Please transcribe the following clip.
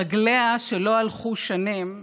רגליה, שלא הלכו שנים,